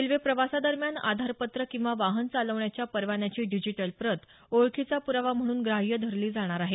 railway प्रवासा दरम्यान आधारपत्र किंवा वाहन चालवण्याच्या परवान्याची डिजिटल प्रत ओळखीचा प्रावा म्हणून ग्राह्य धरली जाणार आहे